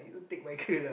don't take my girl lah